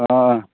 अ